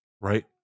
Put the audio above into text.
right